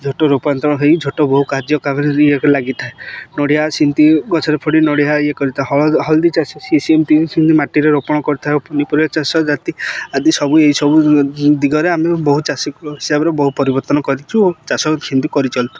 ଝୋଟ ରୂପାନ୍ତରଣ ହେଇ ଝୋଟ ବହୁ କାର୍ଯ୍ୟ ଇଏ ଲାଗିଥାଏ ନଡ଼ିଆ ସେମିତି ଗଛରେ ଫଡ଼ି ନଡ଼ିଆ ଇଏ କରିଥାଏ ହଳଦୀ ଚାଷ ସିଏ ସେମିତି ମାଟିରେ ରୋପଣ କରିଥାଏ ପନିପରିବା ଚାଷ ଜାତି ଆଦି ସବୁ ଏଇସବୁ ଦିଗରେ ଆମେ ବହୁ ଚାଷୀ ହିସାବରେ ବହୁ ପରିବର୍ତ୍ତନ କରିଛୁ ଓ ଚାଷ ସେମିତି କରିଚାଲିଛୁ